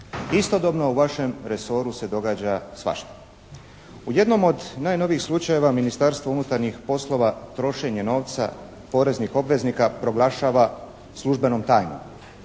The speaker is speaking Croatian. Istodobno u vašem resoru se događa svašta. U jednom od najnovijih slučajeva Ministarstvo unutarnjih poslova trošenje novca poreznih obveznika proglašava službenom tajnom.